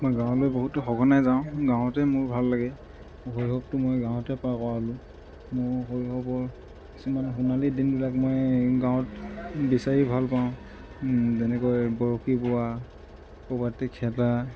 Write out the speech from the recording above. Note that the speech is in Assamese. মই গাঁৱলৈ বহুতো সঘনাই যাওঁ গাঁৱতে মোৰ ভাল লাগে মুকলি ভাৱটো মই গাঁৱতে পাব পাৰোঁ মোৰ শৈশৱৰ কিছুমান সোণালী দিনবিলাক মই এই গাঁৱত বিচাৰি ভাল পাওঁ যেনেকৈ বৰশী বোৱা ক'ৰবাত খেলা